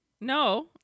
No